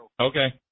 Okay